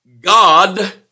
God